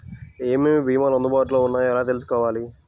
ఏమేమి భీమాలు అందుబాటులో వున్నాయో ఎలా తెలుసుకోవాలి?